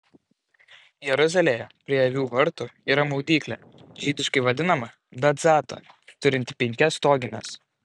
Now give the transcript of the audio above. jeruzalėje prie avių vartų yra maudyklė žydiškai vadinama betzata turinti penkias stogines